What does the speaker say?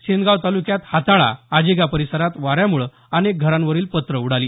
सेनगाव तालुक्यात हाताळा आजेगा परिसरात वाऱ्याम़ळं अनेक घरांवरील पत्रं उडाली